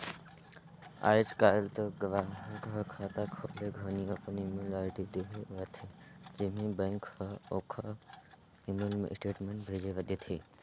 आयज कायल तो गराहक हर खाता खोले घनी अपन ईमेल आईडी देहे रथे जेम्हें बेंक हर ओखर ईमेल मे स्टेटमेंट भेज देथे